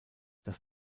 das